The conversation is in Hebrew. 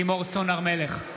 לימור סון הר מלך,